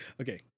Okay